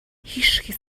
هیشکی